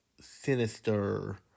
sinister